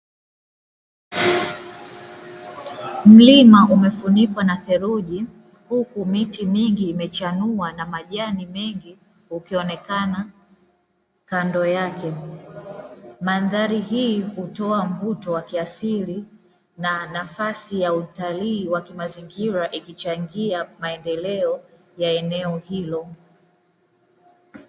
Mlima umefunikwa na theluji huku miti mingi imechanua na majani mengi ukionekana kando yake. Mandhari hii hutoa mvuto wa kiasili na nafasi ya utalii wa kimazingira ikichangia maendeleo ya eneo hilo.